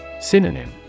Synonym